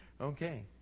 Okay